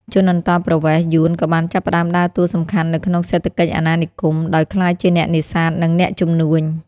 ជនអន្តោប្រវេសន៍យួនក៏បានចាប់ផ្តើមដើរតួសំខាន់នៅក្នុងសេដ្ឋកិច្ចអាណានិគម ដោយក្លាយជាអ្នកនេសាទ និងអ្នកជំនួញ ។